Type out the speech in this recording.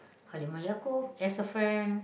Halimah-Yacob as a friend